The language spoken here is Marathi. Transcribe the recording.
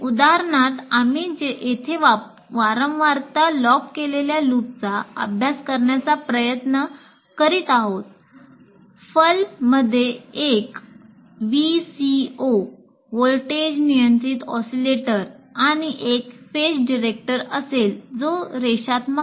उदाहरणार्थ आम्ही येथे वारंवारता लॉक केलेल्या लूपचा अभ्यास करण्याचा प्रयत्न करीत आहोत फल मध्ये एक VCO व्होल्टेज नियंत्रित ऑसीलेटर आणि एक फेज डिटेक्टर असेल जो रेषात्मक नाही